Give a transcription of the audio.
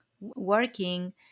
working